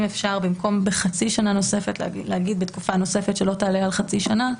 אם אפשר במקום בחצי שנה נוספת להגיד בתקופה נוספת שלא תעלה על חצי שנה,